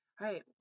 right